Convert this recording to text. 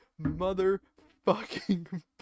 motherfucking